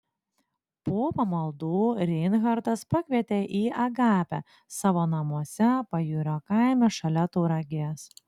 po pamaldų reinhartas pakvietė į agapę savo namuose pajūrio kaime šalia tauragės